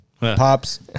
Pops